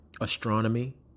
astronomy